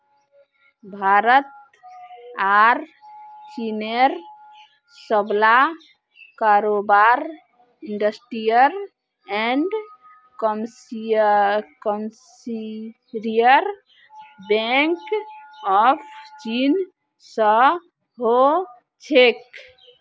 भारत आर चीनेर सबला कारोबार industrial and commercial bank of चीन स हो छेक